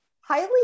highly